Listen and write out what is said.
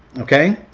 okay?